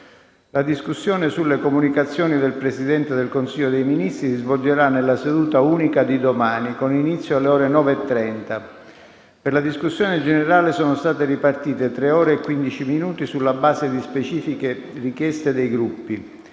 La discussione sulle comunicazioni del Presidente del Consiglio dei ministri si svolgerà nella seduta unica di domani, con inizio alle ore 9,30. Per la discussione sono state ripartite 3 ore e 15 minuti sulla base di specifiche richieste dei Gruppi.